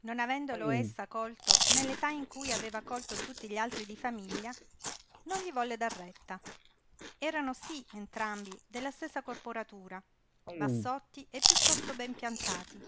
non avendolo essa colto nell'età in cui aveva colto tutti gli altri di famiglia non gli volle dar retta erano sí entrambi della stessa corporatura bassotti e piuttosto ben piantati